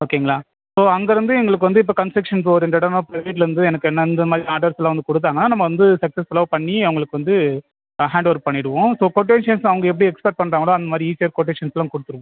ஓகேங்களா ஸோ அங்கிருந்து எங்களுக்கு வந்து இப்போ கன்ஸ்ட்ரக்ஷன் ஓரியண்டடாக நான் பிரைவேட்டிலேந்து எனக்கு என்னென்ற மாதிரி ஆர்டர்ஸ்ஸெலாம் வந்து கொடுத்தாங்கனா நம்ம வந்து சக்ஸஸ்ஃபுல்லாக பண்ணி அவங்களுக்கு வந்து அ ஹேண்ட் ஓவர் பண்ணிவிடுவோம் ஸோ கொட்டேஷன்ஸ் அவங்க எப்படி எக்ஸ்பெக்ட் பண்ணுறாங்களோ அந்த மாதிரி ஈஸியாக கொட்டேஷன்ஸெஸ்லாம் கொடுத்துருவோம்